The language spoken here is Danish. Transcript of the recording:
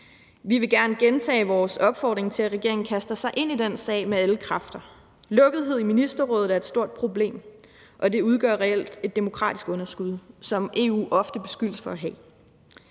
Vi vil gerne gentage vores opfordring til, at regeringen kaster sig ind i den sag med alle kræfter. Lukkethed i Ministerrådet er et stort problem, og det udgør reelt et demokratisk underskud, som EU ofte beskyldes for at have.